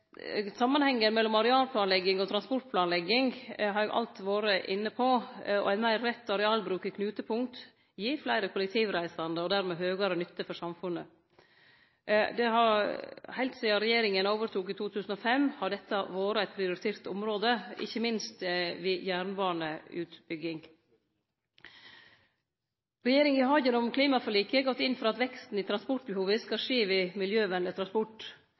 Samanhengen mellom arealplanlegging og transportplanlegging har eg alt vore inne på. Ein meir rett arealbruk i knutepunkta gir fleire kollektivreisande og dermed høgare nytte for samfunnet. Heilt sidan regjeringa overtok i 2005, har dette vore eit prioritert område, ikkje minst jernbaneutbygging. Regjeringa har gjennom klimaforliket gått inn for at veksten i transportbehova skal skje ved miljøvenleg transport.